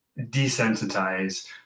desensitize